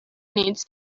needs